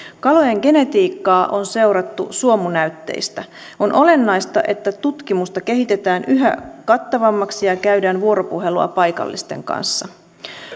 kalojen genetiikkaa on seurattu suomunäytteistä on olennaista että tutkimusta kehitetään yhä kattavammaksi ja ja käydään vuoropuhelua paikallisten kanssa